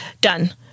Done